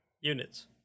units